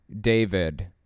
David